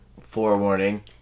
forewarning